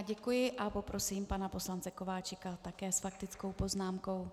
Děkuji a poprosím pana poslance Kováčika také s faktickou poznámkou.